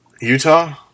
Utah